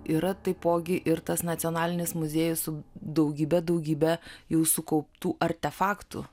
yra taipogi ir tas nacionalinis muziejus su daugybe daugybe jau sukauptų artefaktų